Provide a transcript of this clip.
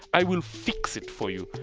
i will fix it for you